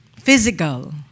physical